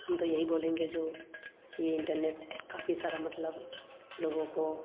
हम तो यही बोलेंगे जो यह इंटरनेट काफ़ी सारा मतलब लोगों को